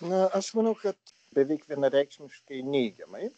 na aš manau kad beveik vienareikšmiškai neigiamai